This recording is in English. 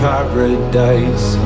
Paradise